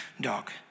dog